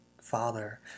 father